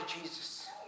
Jesus